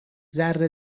ذره